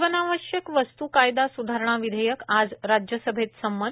जीवनावश्यक वस्तू कायदा स्धारणा विधेयक आज राज्यसभेत संमत